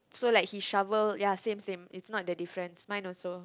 so like he shovel ya same same its not the difference mine also